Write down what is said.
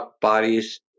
bodies